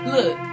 Look